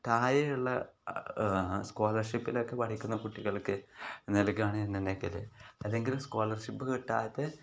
താഴെയുള്ള സ്കോളർഷിപ്പിലൊക്കെ പഠിക്കുന്ന കുട്ടികൾക്ക് നൽകുകയാണ് എന്നുണ്ടെങ്കിൽ അല്ലെങ്കിലും സ്കോളർഷിപ്പ് കിട്ടാതെ